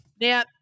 Now